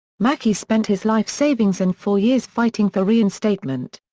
mackey spent his life savings and four years fighting for reinstatement.